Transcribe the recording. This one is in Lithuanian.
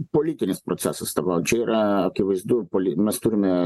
politinis procesas tavo čia yra akivaizdu poli mes turime